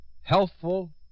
Healthful